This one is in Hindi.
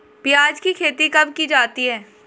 प्याज़ की खेती कब की जाती है?